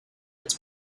its